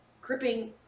gripping